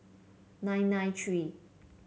nine nine three